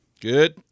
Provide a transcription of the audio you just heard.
Good